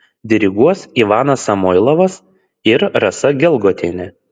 diriguos ivanas samoilovas ir rasa gelgotienė